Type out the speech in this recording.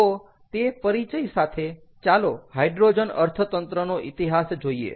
તો તે પરિચય સાથે ચાલો હાઈડ્રોજન અર્થતંત્રનો ઇતિહાસ જોઈએ